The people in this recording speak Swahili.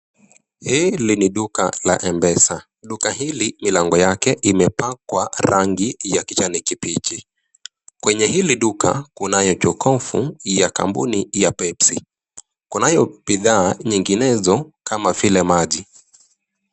Hili ni duka la mpesa, duka hili milango yake imepakwa rangi ya kijani kibichi. Kwenye hili duka kunayo jokofu ya kampuni ya pepsi, kunayo bidhaa nyinginezo kama vile maji.